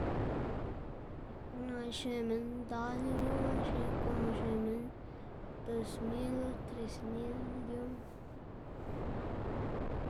par naꞌ xneꞌ minn ndal idioma xneꞌ komo xneꞌ minn dos mil o tres mil idioma.